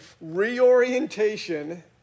reorientation